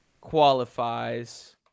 qualifies